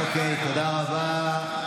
אוקיי, תודה רבה.